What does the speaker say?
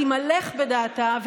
תימלך בדעתה,